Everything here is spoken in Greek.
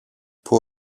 που